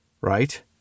right